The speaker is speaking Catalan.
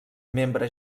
membre